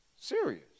serious